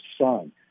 son